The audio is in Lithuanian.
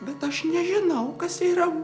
bet aš nežinau kas yra